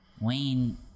Wayne